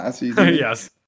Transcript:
yes